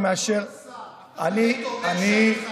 אני מאשר,